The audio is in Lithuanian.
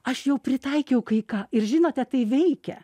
aš jau pritaikiau kai ką ir žinote tai veikia